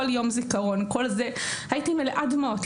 כל יום זיכרון הייתי מלאת דמעות,